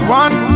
one